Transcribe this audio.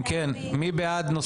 אם כן, מי בעד נושא חדש?